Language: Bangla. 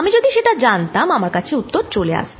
আমি যদি সেটা জানতাম আমার কাছে উত্তর চলে আসত